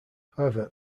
however